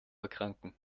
erkranken